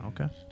Okay